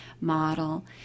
model